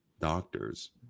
doctors